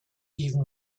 even